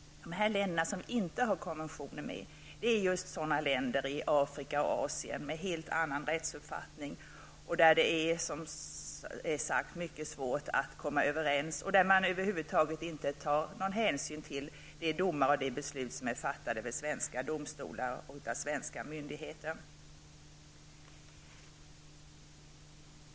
De länder som vi inte har konventioner med är just länder i Afrika och Asien som har en helt annan rättsuppfattning, som det som sagt är mycket svårt att komma överens med och som över huvud taget inte tar någon hänsyn till domar och beslut från svenska domstolar eller av svenska myndigheter.